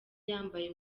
yambaye